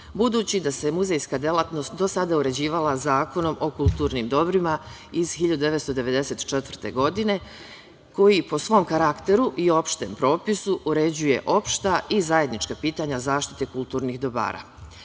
budući da se muzejska delatnost do sada uređivala Zakonom o kulturnim dobrima iz 1994. godine, koji po svom karakteru i opštem propisu uređuje opšta i zajednička pitanja zaštite kulturnih dobara.S